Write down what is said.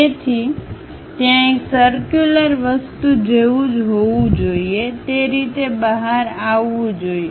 તેથી ત્યાં એક સર્ક્યુલર વસ્તુ જેવું જ હોવું જોઈએ તે રીતે બહાર આવવું જોઈએ